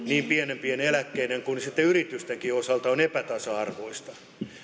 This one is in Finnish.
niin pienempien eläkkeiden kuin sitten yritystenkin osalta on epätasa arvoista